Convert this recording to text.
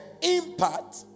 impact